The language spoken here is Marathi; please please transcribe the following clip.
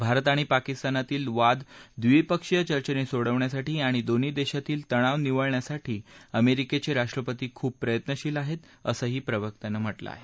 भारत आणि पाकिस्तानातील वाद ड्रिपक्षीय चर्चेने सोडविण्यासाठी आणि दोन्ही देशांतील तणाव निवळण्यासाठी अमेरिकेचे राष्ट्रपती खूप प्रयत्नशील आहेत असंही प्रवक्त्यानं म्हटलं आहे